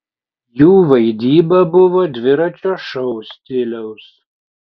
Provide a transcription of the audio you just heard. jų vaidyba buvo dviračio šou stiliaus